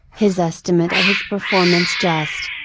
his estimate of his performance just.